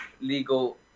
legal